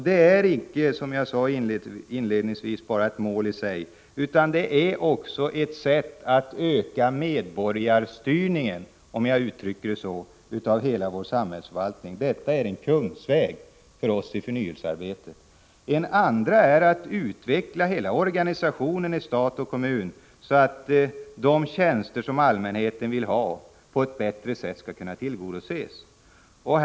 Det är icke, som jag sade inledningsvis, bara ett mål i sig, utan det är också ett sätt att öka medborgarstyrningen och effektiviteten i hela vår samhällsförvaltning. Det är en kungsväg för oss i förnyelsearbetet. En annan är att utveckla organisationen i stat och kommun, så att behovet av de tjänster som allmänheten efterfrågar på ett bättre sätt skall kunna tjäna allmänheten.